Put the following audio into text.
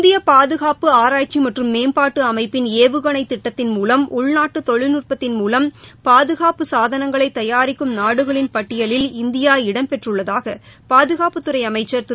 இந்திய பாதுகாப்பு ஆராய்ச்சி மற்றும் மேம்பாட்டு அமைப்பிள் ஏவுகணை திட்டத்தின் மூலம் உள்நாட்டு தொழில்நுட்பத்தின் மூலம் பாதுகாப்பு சாதனங்களை தயாரிக்கும் நாடுகளின் பட்டியலில் இந்தியா இடம் பெற்றுள்ளதாக பாதுகாப்புத்துறை அமைச்சா் திரு